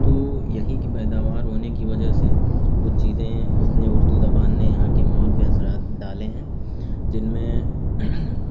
تو یہیں کی پیداوار ہونے کی وجہ سے کچھ چیزیں اس نے اردو زبان نے یہاں کے ماحول پہ اثرات ڈالے ہیں جن میں